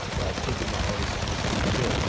like thinking about all this this deep shit.